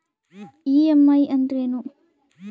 EMI ಅಂದ್ರೇನು?